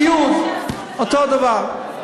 סיעוד, אותו דבר.